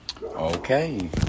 Okay